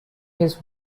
his